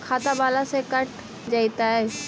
खाता बाला से कट जयतैय?